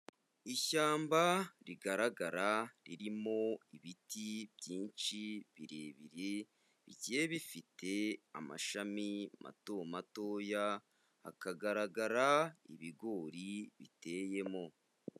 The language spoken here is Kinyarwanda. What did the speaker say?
Ishyamba rigaragara, ririmo ibiti byinshi, birebire, bigiye bifite amashami matomatoya, hakagaragara ibigori biteyemo.